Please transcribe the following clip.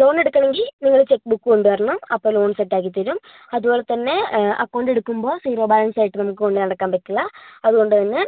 loan എടുക്കണമെങ്കിൽ നിങ്ങൾ cheque book കൊണ്ടുവരണം അപ്പോൾ ലോൺ സെറ്റ് ആക്കിത്തരും അതുപോലെ തന്നെ അക്കൌണ്ട് എടുക്കുമ്പോൾ സീറോ ബാലൻസ് ആയിട്ട് നമ്മൾക്ക് കൊണ്ടുനടക്കാൻ പറ്റില്ല അതുകൊണ്ട് തന്നെ